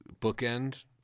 bookend